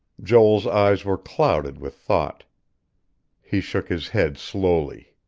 joel's eyes were clouded with thought he shook his head slowly.